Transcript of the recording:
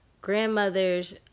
grandmother's